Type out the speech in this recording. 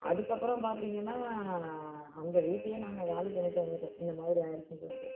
அதுக்கு அப்புறம் பார்த்திங்கன்னா அந்த வீட்டையே நாங்கள் காலி பண்ணிவிட்டு வந்துட்டோம் இந்த மாதிரி ஆகிடிச்சின்னு சொல்லிட்டு